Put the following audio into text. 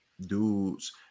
dudes